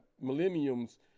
millenniums